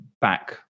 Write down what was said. back